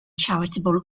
charitable